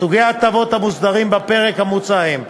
סוגי ההטבות המוסדרים בפרק המוצע הם אלה: